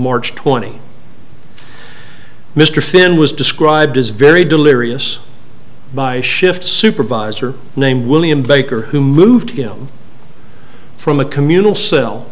march twenty mr finn was described as very delirious by shift supervisor named william baker who moved him from a communal cell